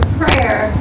prayer